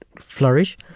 flourish